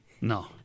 No